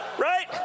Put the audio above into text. right